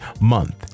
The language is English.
Month